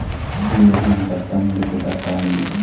फूलगोभी म पत्ता मुड़े के का कारण ये?